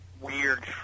weird